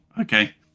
okay